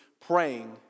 praying